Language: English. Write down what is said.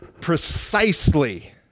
precisely